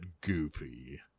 goofy